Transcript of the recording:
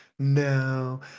no